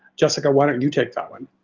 jessica, why don't you take that one?